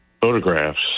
Photographs